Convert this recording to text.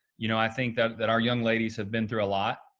you know, i think that that our young ladies have been through a lot.